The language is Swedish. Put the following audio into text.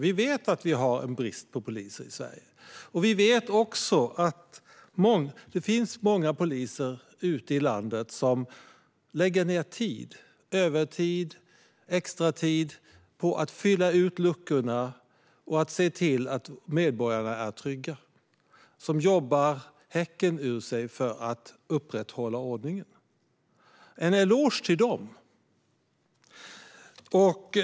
Vi vet att vi har brist på poliser i Sverige, och vi vet att det finns många poliser ute i landet som lägger ned tid - övertid, extratid - på att fylla ut luckorna och se till att medborgarna är trygga. De jobbar häcken av sig för att upprätthålla ordningen. En eloge till dem!